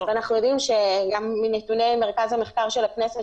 אנחנו יודעים שגם מנתוני מרכז המחקר והמידע של הכנסת,